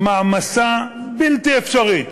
מעמסה בלתי אפשרית,